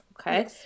Okay